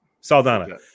Saldana